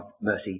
mercy